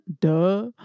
Duh